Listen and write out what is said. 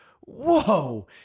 whoa